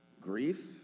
Grief